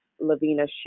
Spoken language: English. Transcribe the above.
Lavina